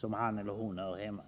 där han eller hon hör hemma.